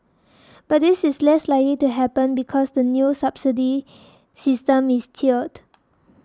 but this is less likely to happen because the new subsidy system is tiered